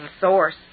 source